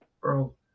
bro